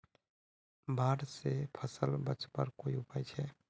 बाढ़ से फसल बचवार कोई उपाय छे?